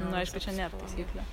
nu aišku čia nėr taisyklių